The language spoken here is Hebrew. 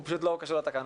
הוא פשוט לא קשור לתקנות.